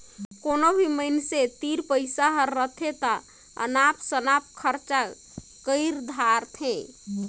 कोनो भी मइनसे तीर पइसा हर रहथे ता अनाप सनाप खरचा कइर धारथें